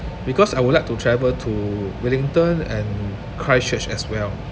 because I would like to travel to wellington and christchurch as well